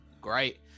Great